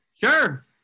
Sure